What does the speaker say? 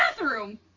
bathroom